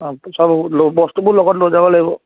অঁ সব ল বস্তুবোৰ লগত লৈ যাব লাগিব